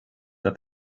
that